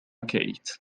كيت